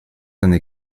années